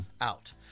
out